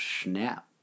snap